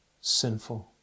sinful